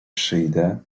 przyjdę